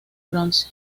bronce